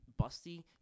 busty